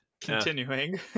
Continuing